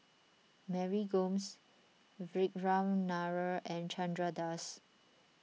Mary Gomes Vikram Nair and Chandra Das